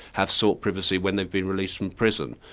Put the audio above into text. have sought privacy when they've been released from prison.